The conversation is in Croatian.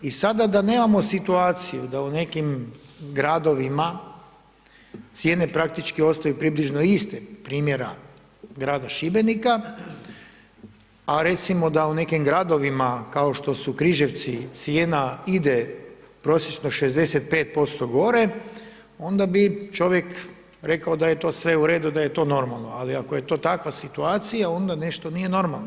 I sada da nemamo situaciju, da u nekim gradovima, cijene praktički ostaju približno iste, primjera grada Šibenika, a recimo da u nekim gradovima kao što su Križevci, cijena ide prosječno 65% gore, onda bi čovjek rekao da je to sve u redu, da je to normalno, ali ako je takva situacija, onda nešto nije normalno.